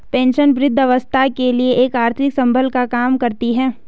pension वृद्धावस्था के लिए एक आर्थिक संबल का काम करती है